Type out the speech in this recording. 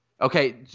okay